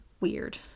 Weird